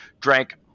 drank